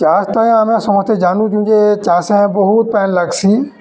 ଚାଷ୍ ତ ଆମେ ସମସ୍ତେ ଜାନୁଚୁଁ ଯେ ଚାଷେ ବହୁତ୍ ପାଏନ୍ ଲାଗ୍ସି